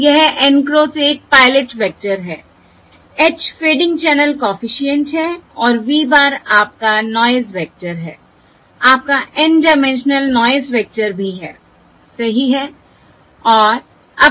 यह N cross 1 pilot vector है h fading channel coefficient है और v bar आपका नॉयस वेक्टर है आपका N डाइमेंशनल नॉयस वेक्टर भी है सही है